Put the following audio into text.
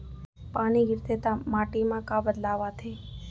पानी गिरथे ता माटी मा का बदलाव आथे?